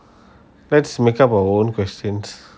let's make up our own questions